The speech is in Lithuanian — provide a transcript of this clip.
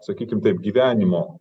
sakykim taip gyvenimo